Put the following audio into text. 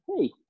hey